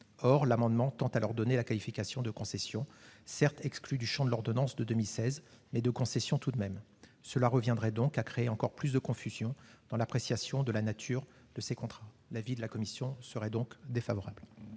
Or l'amendement tend à leur donner la qualification de concessions, certes exclues du champ de l'ordonnance de 2016, mais de concessions tout de même. Cela reviendrait donc à créer encore plus de confusion dans l'appréciation de la nature de ces contrats. L'avis de la commission spéciale